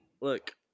Look